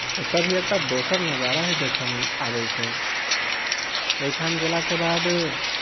ओतय भी एकटा दोसर नजारा ही देखयमे आबैत छै ओहिठाम गेलाके बाद